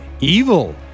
evil